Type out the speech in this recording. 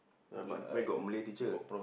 ah but where got Malay teacher